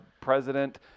president